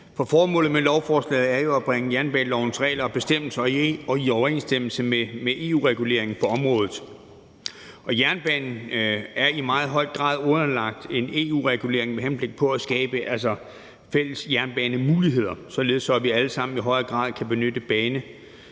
Formålet med lovforslaget er jo at bringe jernbanelovens regler og bestemmelser i overensstemmelse med EU-reguleringen på området. Og jernbanen er i meget høj grad underlagt en EU-regulering med henblik på at skabe fælles jernbanemuligheder, således at vi alle sammen i højere grad kan benytte banen